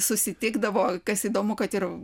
susitikdavo kas įdomu kad ir